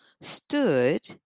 stood